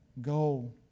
Go